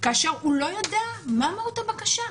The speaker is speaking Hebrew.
כאשר הוא לא יודע מה מהות הבקשה.